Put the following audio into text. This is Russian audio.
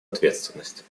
ответственности